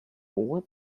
what